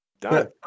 Done